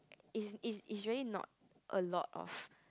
is is is really not a lot of